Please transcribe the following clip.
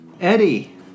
Eddie